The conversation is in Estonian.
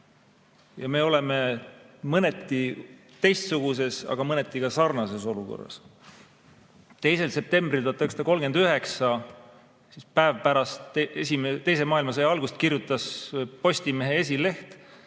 Me oleme mõneti teistsuguses, aga mõneti sarnases olukorras. 2. septembril 1939, päev pärast teise maailmasõja algust, kirjutati Postimehe esilehel: